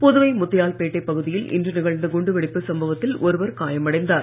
புதுவை முத்தியால்பேட்டை பகுதியில் இன்று நிகழ்ந்த குண்டு வெடிப்பு சம்பவத்தில் ஒருவர் காயம் அடைந்தார்